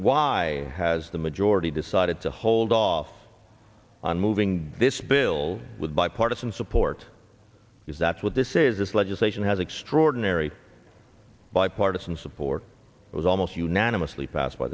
why has the majority decided to hold off on moving this bill with bipartisan support because that's what this is this legislation has extraordinary bipartisan support it was almost unanimously passed by